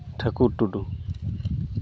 ᱴᱷᱟᱹᱠᱩᱨ ᱴᱩᱰᱩ